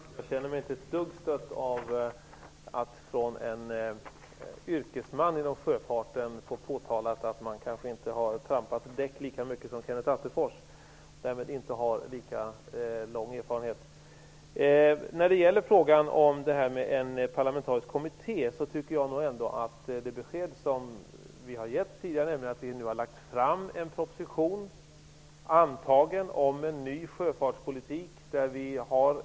Fru talman! Jag känner mig inte ett dugg stött över att från en yrkesman inom sjöfarten få påtalat att jag kanske inte har ''trampat däck'' lika mycket som Kenneth Attefors har gjort och att jag därmed inte har lika stor erfarenhet. När det gäller frågan om en parlamentarisk kommitté har vi enligt vårt tidigare besked lagt fram en proposition om en ny sjöfartspolitik, som är antagen.